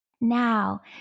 now